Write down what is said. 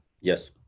yes